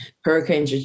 Hurricane